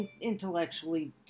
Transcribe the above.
intellectually